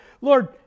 Lord